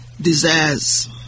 desires